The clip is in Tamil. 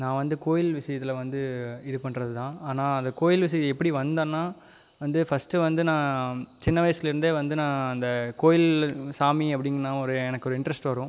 நான் வந்து கோயில் விஷயத்தில் வந்து இது பண்ணுறது தான் ஆனால் அந்த கோயில் விஷயம் எப்படி வந்ததுன்னா வந்து ஃபஸ்ட் வந்து நான் சின்ன வயசுலேருந்தே வந்து நான் அந்த கோயில் சாமி அப்படீன்னா ஒரு எனக்கு ஒரு இன்ட்ரஸ்ட் வரும்